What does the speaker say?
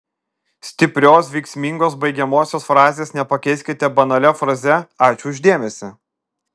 stiprios veiksmingos baigiamosios frazės nepakeiskite banalia fraze ačiū už dėmesį